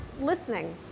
listening